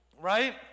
right